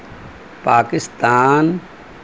Pakistan